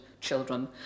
children